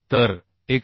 तर 124